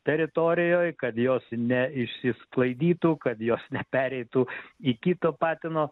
teritorijoj kad jos neišsisklaidytų kad jos nepereitų į kito patino